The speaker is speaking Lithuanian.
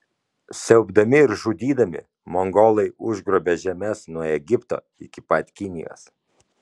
siaubdami ir žudydami mongolai užgrobė žemes nuo egipto iki pat kinijos